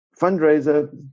fundraiser